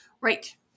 right